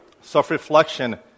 Self-reflection